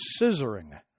scissoring